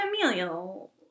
familial